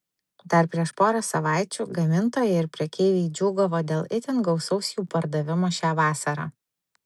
dar prieš porą savaičių gamintojai ir prekeiviai džiūgavo dėl itin gausaus jų pardavimo šią vasarą